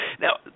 Now